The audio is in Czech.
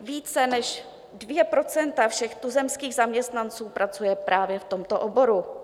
Více než 2 % všech tuzemských zaměstnanců pracuje právě v tomto oboru.